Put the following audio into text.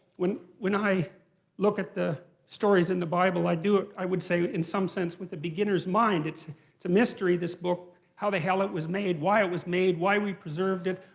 when when i look at the stories in the bible, i do it, i would say, in some sense with the beginner's mind. it's a mystery, this book. how the hell it was made, why it was made, why we preserved it,